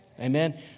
Amen